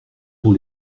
pour